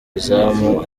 izamu